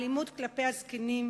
האלימות כלפי הזקנים,